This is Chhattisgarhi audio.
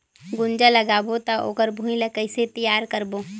गुनजा लगाबो ता ओकर भुईं ला कइसे तियार करबो?